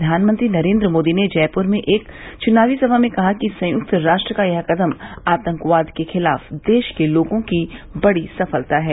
प्रधानमंत्री नरेन्द्र मोदी ने जयपुर में एक चुनावी सभा में कहा कि संयुक्त राष्ट्र का यह कृदम आतंकवाद के ख़िलाफ़ देश के लोगों की बड़ी सफलता है